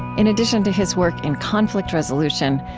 in addition to his work in conflict resolution,